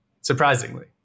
surprisingly